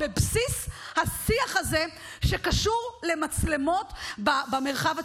בבסיס השיח הזה שקשור למצלמות במרחב הציבורי.